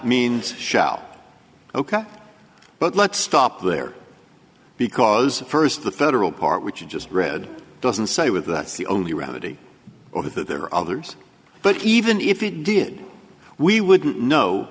means shout ok but let's stop there because first the federal part which i just read doesn't say with that's the only remedy or that there are others but even if it did we wouldn't know